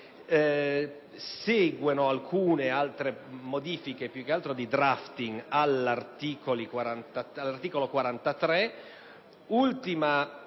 Grazie